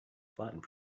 flattened